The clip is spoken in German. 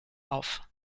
auf